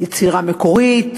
יצירה מקורית,